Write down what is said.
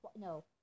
no